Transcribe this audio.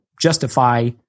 justify